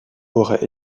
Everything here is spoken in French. auraient